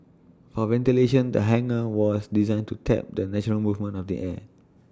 for ventilation the hangar was designed to tap the natural movement of the air